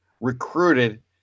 recruited